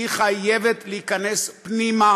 היא חייבת להיכנס פנימה